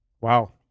wow